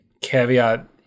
caveat